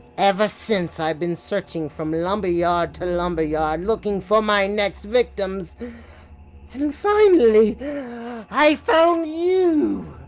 ever since i've been searching from lumberyard to lumberyard looking for my next victims and finally i found you.